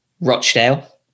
Rochdale